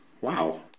Wow